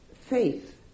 faith